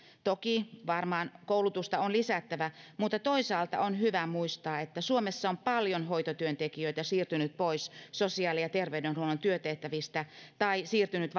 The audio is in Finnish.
toki varmaan koulutusta on lisättävä mutta toisaalta on hyvä muistaa että suomessa on paljon hoitotyöntekijöitä siirtynyt pois sosiaali ja terveydenhuollon työtehtävistä tai siirtynyt